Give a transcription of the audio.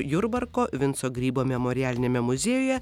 jurbarko vinco grybo memorialiniame muziejuje